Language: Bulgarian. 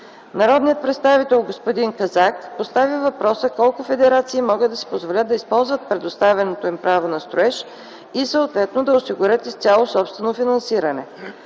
Народният представител Четин Казак постави въпроса колко федерации могат да си позволят да използват предоставеното им право на строеж и съответно да осигурят изцяло собствено финансиране.